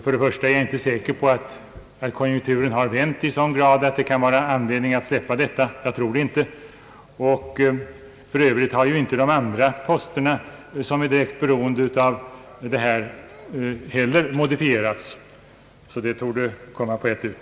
Jag tror inte att konjunkturen har vänt i sådan grad att det kan vara anledning att släppa förslaget. För övrigt har inte de andra posterna för bekämpning av arbetslöshet som direkt hänger samman med detta, heller modifierats, så det torde komma på ett ut.